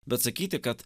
bet sakyti kad